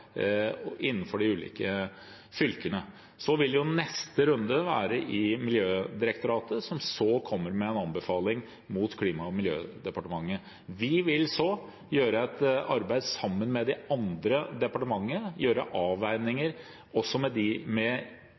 innenfor de ulike fylkene. Så vil neste runde være i Miljødirektoratet, som så kommer med en anbefaling til Klima- og miljødepartementet. Vi vil så gjøre et arbeid sammen med de andre departementene, gjøre avveininger også ved interessemotsetninger, og så komme med